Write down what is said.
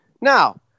Now